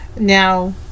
Now